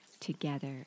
together